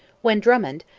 when drummond,